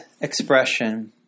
expression